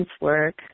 work